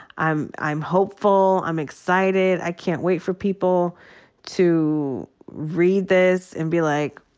i'm i'm hopeful. i'm excited. i can't wait for people to read this and be like,